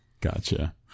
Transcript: gotcha